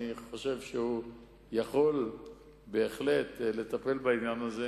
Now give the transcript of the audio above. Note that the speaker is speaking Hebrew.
אני חושב שהוא יכול בהחלט לטפל בעניין הזה,